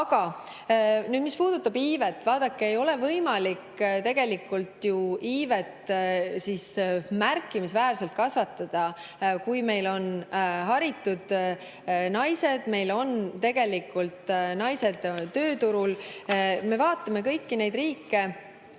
Aga nüüd, mis puudutab iivet. Vaadake, ei ole ju võimalik tegelikult iivet märkimisväärselt kasvatada, kui meil on haritud naised ja meil on naised tööturul. Vaatame neid riike,